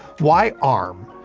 why arm?